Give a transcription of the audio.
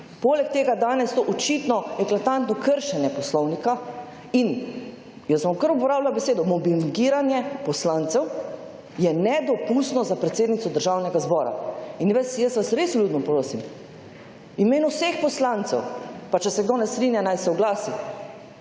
Poleg tega danes to očitno eklatantno kršenje Poslovnika. In jaz bom kar uporabila besedo mobingiranje poslancev je nedopustno za predsednico Državnega zbora. In jaz vas res vljudno prosim v imenu vseh poslancev, pa če se kdo ne strinja naj se oglasi,